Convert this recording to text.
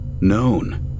known